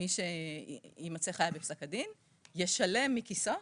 מי שיימצא חייב בפסק הדין - ישלם מכיסו,